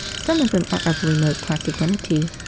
some of them are of remote consanguinity,